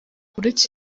uretse